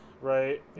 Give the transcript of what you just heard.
right